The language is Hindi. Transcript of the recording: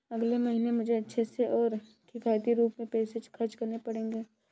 अगले महीने मुझे अच्छे से और किफायती रूप में पैसे खर्च करने पड़ेंगे